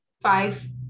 five